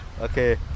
Okay